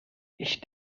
ich